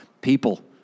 people